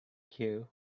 cue